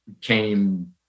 came